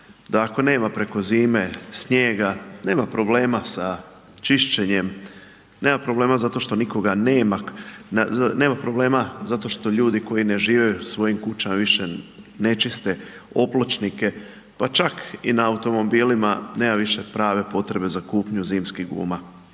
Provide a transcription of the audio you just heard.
nema problema sa čišćenjem, nema problema zato što nikoga nema, nema problema zato što ljudi koji ne žive u svojim kućama više nečiste opločnike, pa čak i na automobilima nema više prave potrebe za kupnju zimskih guma.